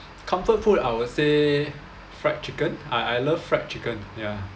comfort food I would say fried chicken I I love fried chicken ya